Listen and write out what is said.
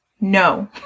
No